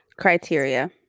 Criteria